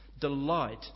delight